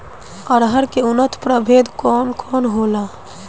अरहर के उन्नत प्रभेद कौन कौनहोला?